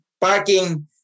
parking